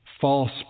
False